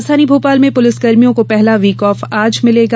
राजधानी भोपाल में पुलिसकर्मियों को पहला वीकऑफ आज मिलेगा